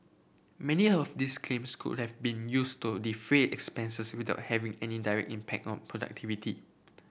many of these claims could have been used to defray expenses without any direct impact on productivity